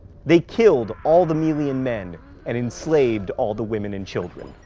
they killed all the melian men and enslaved all the women and children.